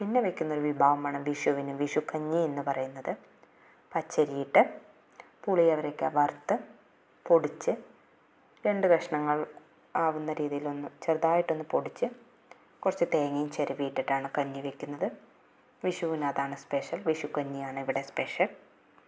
പിന്നെ വെക്കുന്നൊരു വിഭവമാണ് വിഷുവിന് വിഷുക്കഞ്ഞി എന്നുപറയുന്നത് പച്ചരിയിട്ട് പുളിയവരക്ക വറുത്ത് പൊടിച്ച് രണ്ടു കഷ്ണങ്ങള് ആവുന്ന രീതിയിലൊന്ന് ചെറുതായിട്ടൊന്ന് പൊടിച്ച് കുറച്ചു തേങ്ങയും ചിരവിയിട്ടിട്ടാണ് കഞ്ഞി വെക്കുന്നത് വിഷുവിനതാണ് സ്പെഷ്യല് വിഷുക്കഞ്ഞിയാണിവിടെ സ്പെഷ്യല്